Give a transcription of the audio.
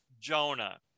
jonah